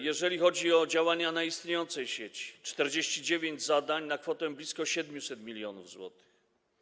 Jeżeli chodzi o działania na istniejącej sieci - 49 zadań na kwotę blisko 700 mln zł.